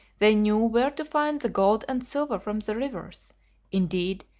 they knew where to find the gold and silver from the rivers indeed,